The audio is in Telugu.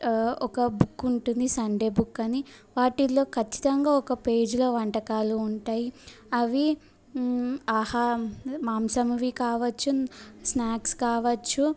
ఒక బుక్ ఉంటుంది సండే బుక్ అని వాటిలో ఖచ్చితంగా ఒక పేజ్లో వంటకాలు ఉంటాయి అవి ఆహ మాంసంవి కావచ్చు స్నాక్స్ కావచ్చు